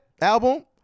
album